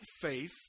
faith